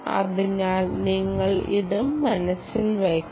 അതിനാൽ നിങ്ങൾ ഇതും മനസ്സിൽ വയ്ക്കണം